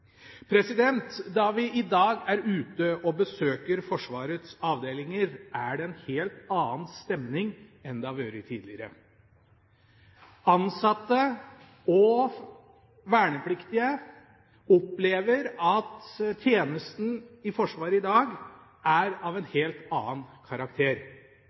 vi i dag er ute og besøker Forsvarets avdelinger, er det en helt annen stemning enn det har vært tidligere. Ansatte og vernepliktige opplever at tjenesten i Forsvaret i dag er av en helt annen karakter.